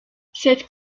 cette